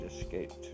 escaped